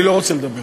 אני לא רוצה לדבר.